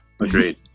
agreed